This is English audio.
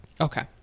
Okay